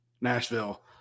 Nashville